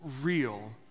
real